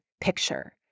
picture